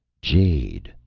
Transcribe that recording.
jade,